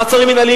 מעצרים מינהליים,